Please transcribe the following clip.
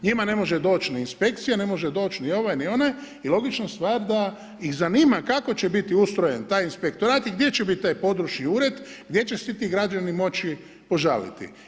Njima ne može doći ni inspekcija, ne može doći ni ovaj ni onaj i logična stvar da ih zanima kako će biti ustrojen taj inspektorat i gdje će biti taj područni ured, gdje će se ti građani moći požaliti.